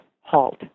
halt